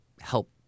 help